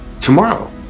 tomorrow